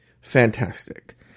Fantastic